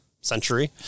century